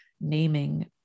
naming